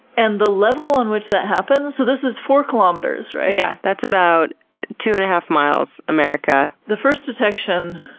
and the level on which that happens, so this is four kilometers, right? yeah that's about two and half miles, america. the first detection,